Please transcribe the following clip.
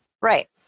Right